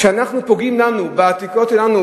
פוגעים לנו בעתיקות שלנו,